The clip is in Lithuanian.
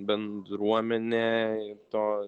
bendruomenė to